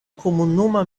komunuma